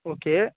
okay